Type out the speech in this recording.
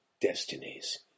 destinies